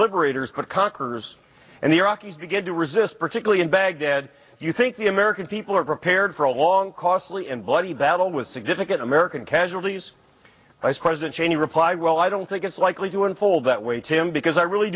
but conquerors and the iraqis begin to resist particularly in baghdad do you think the american people are prepared for a long costly and bloody battle with significant american casualties ice president cheney replied well i don't think it's likely to unfold that way tim because i really